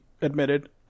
admitted